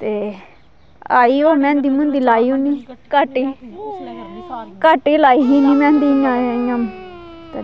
ते आई ओह् मैंहदी लाई उनें घट्ट घट्ट ही लाई ही उनें मैंहदी इयां